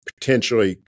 potentially